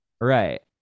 right